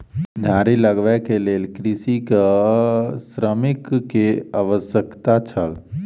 झाड़ी लगबैक लेल कृषक के श्रमिक के आवश्यकता छल